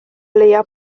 leia